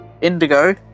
Indigo